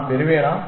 நான் பெறுவேனா